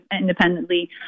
independently